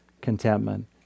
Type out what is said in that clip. contentment